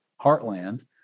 heartland